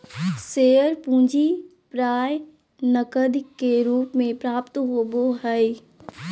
share पूंजी प्राय नकद के रूप में प्राप्त होबो हइ